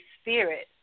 Spirit